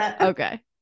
Okay